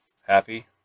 happy